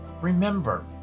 Remember